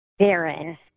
Darren